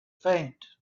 faint